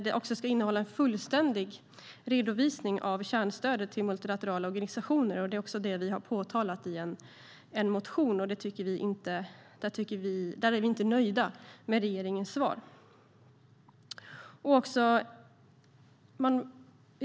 Den ska innehålla en fullständig redovisning av kärnstödet till multilaterala organisationer, vilket vi också har påtalat i vår motion, men där är vi inte nöjda med regeringens svar.